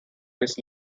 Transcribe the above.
his